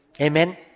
Amen